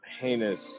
heinous